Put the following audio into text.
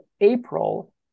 April